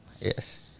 yes